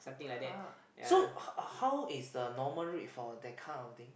!huh! so how how is the normal rate for that kind of thing